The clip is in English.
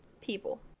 people